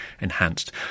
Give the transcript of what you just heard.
enhanced